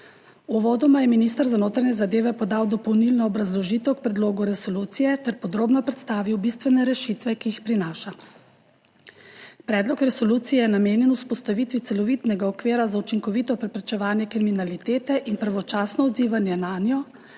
Uvodoma je minister za notranje zadeve podal dopolnilno obrazložitev k predlogu resolucije ter podrobno predstavil bistvene rešitve, ki jih prinaša. Predlog resolucije je namenjen vzpostavitvi celovitega okvira za učinkovito preprečevanje kriminalitete in pravočasno odzivanje nanjo,